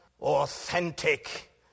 authentic